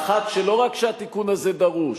האחת, שלא רק שהתיקון הזה דרוש,